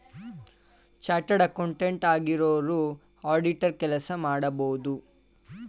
chartered accountant ಆಗಿರೋರು auditor ಕೆಲಸ ಮಾಡಬೋದು